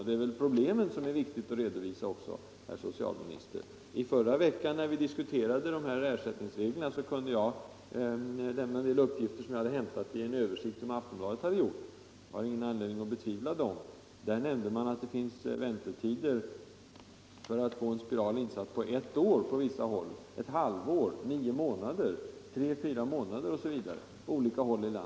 Det är viktigt att redovisa problemen också, herr socialminister. I förra veckan, när vi diskuterade ersättningsreglerna, kunde jag lämna en del uppgifter som jag hade hämtat från en översikt i Aftonbladet. Jag har ingen anledning att betvivla riktigheten av dessa uppgifter. Där nämndes att väntetiden för att få en spiral insatt på olika håll i landet kan vara ett år, ett halvt år, nio månader, tre till fyra månader osv.